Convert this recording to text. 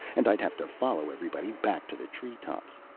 and i'd have to follow everybody back to the treetops.